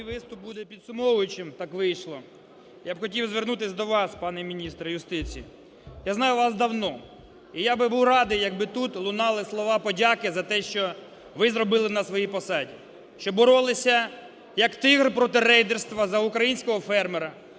Мій виступ буде підсумовуючим, так вийшло. Я б хотів звернутися до вас, пане міністр юстиції. Я знаю вас давно, і я би був радий, якби тут лунали слова подяки за те, що ви зробили на своїй посаді, що боролися, як тигр, проти рейдерства за українського фермера,